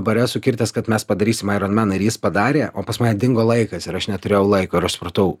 bare sukirtęs kad mes padarysim aironmeną ir padarė o pas mane dingo laikas ir aš neturėjau laiko ir aš supratau